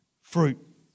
fruit